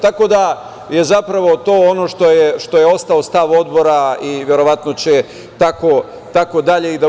Tako da je zapravo to ono što je ostao stav Odbora i verovatno će tako dalje i biti.